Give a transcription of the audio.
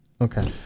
Okay